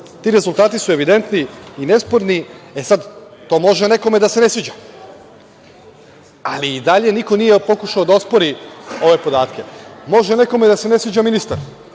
ti rezultati su evidentni i nesporni, e sad, to može nekome da se ne sviđa, ali i dalje niko nije pokušao da ospori ove podatke. Može nekome da se ne sviđa ministar,